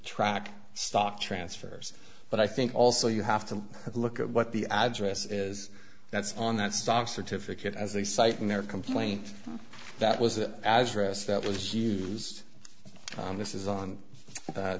track stock transfers but i think also you have to look at what the address is that's on that stock certificate as a site in their complaint that was an address that was used on this is on